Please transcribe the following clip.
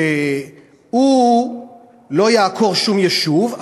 שהוא לא יעקור שום יישוב,